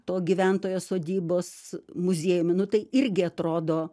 to gyventojo sodybos muziejumi nu tai irgi atrodo